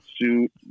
suit